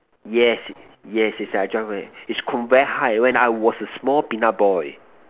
yes yes is I jump from it is from very high when I was a small peanut boy